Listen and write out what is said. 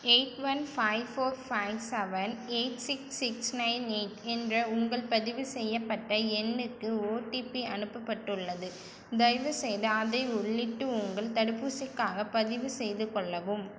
eight one five four five seven eight six six nine eight என்ற உங்கள் பதிவு செய்யப்பட்ட எண்ணுக்கு ஓடிபி அனுப்பப்பட்டுள்ளது தயவுசெய்து அதை உள்ளிட்டு உங்கள் தடுப்பூசிக்காக பதிவுசெய்து கொள்ளவும்